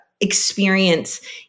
experience